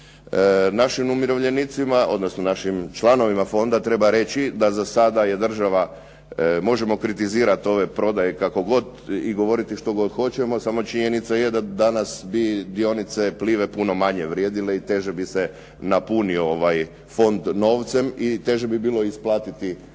Našim umirovljenicima, odnosno našim članovima fonda treba reći da za sada je država, možemo kritizirati ove prodaje kako god i govoriti što god hoćemo, samo činjenica je da danas bi dionice "Plive" puno manje vrijedile i puno teže napunio ovaj fond novcem i teže bi bilo isplatiti